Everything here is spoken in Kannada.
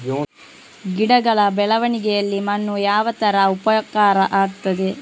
ಗಿಡಗಳ ಬೆಳವಣಿಗೆಯಲ್ಲಿ ಮಣ್ಣು ಯಾವ ತರ ಉಪಕಾರ ಆಗ್ತದೆ?